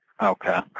Okay